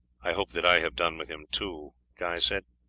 i hope that i have done with him too, guy said.